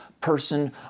person